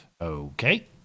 Okay